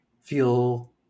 feel